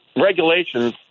regulations